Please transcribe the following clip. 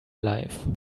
life